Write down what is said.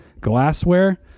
glassware